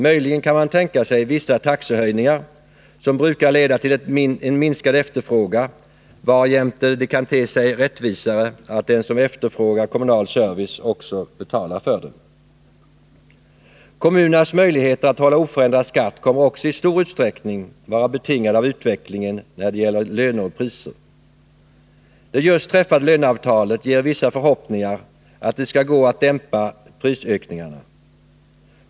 Möjligen kan man tänka sig vissa taxehöjningar, som brukar leda till en minskad efterfrågan, varjämte det ter sig rättvisare att den som efterfrågar kommunal service också betalar för den. Kommunernas möjligheter att hålla oförändrad skatt kommer också i stor utsträckning att vara betingade av utvecklingen när det gäller löner och priser. Det just träffade löneavtalet ger vissa förhoppningar om att det skall gå att dämpa prisökningarna.